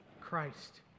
Christ